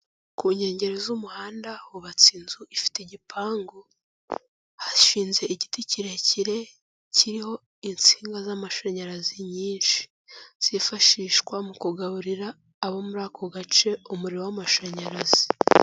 Ku nkengero z'umuhanda hubatse inzu ifite igipangu, hashinze igiti kirekire, kiriho insinga z'amashanyarazi nyinshi, zifashishwa mu kugaburira abo muri ako gace umuriro w'amashanyarazi.